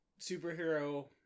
superhero